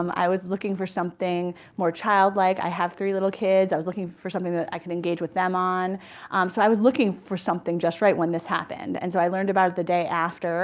um i was looking for something more childlike. i have three little kids. i was looking for something that i could engage with them on. um so i was looking for something just right when this happened. and so i learned about it the day after